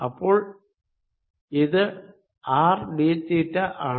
അപ്പോൾ ഇത് R D തീറ്റ ആണ്